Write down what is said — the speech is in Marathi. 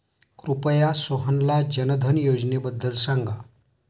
कृपया सोहनला जनधन योजनेबद्दल सांगा